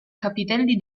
capitelli